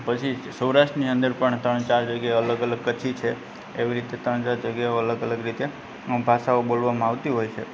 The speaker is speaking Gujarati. પછી સૌરાષ્ટ્રની અંદર પણ ત્રણ ચાર જગ્યાએ અલગ અલગ કચ્છી છે એવી રીતે ત્રણ ચાર જગ્યાઓ અલગ અલગ રીતે ભાષાઓ બોલવામાં આવતી હોય છે